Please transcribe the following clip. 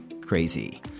crazy